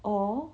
or